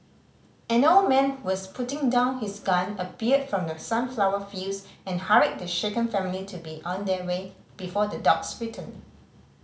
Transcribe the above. an old man who was putting down his gun appeared from the sunflower fields and hurried the shaken family to be on their way before the dogs return